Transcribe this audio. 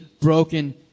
broken